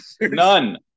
None